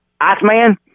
Iceman